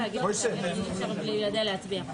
12:52 ונתחדשה בשעה 12:55.)